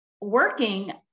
working